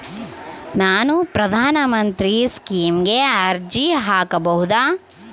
ನಾನು ಪ್ರಧಾನ ಮಂತ್ರಿ ಸ್ಕೇಮಿಗೆ ಅರ್ಜಿ ಹಾಕಬಹುದಾ?